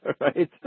Right